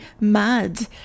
mad